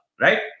Right